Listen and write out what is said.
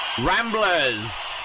Ramblers